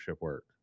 work